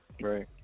Right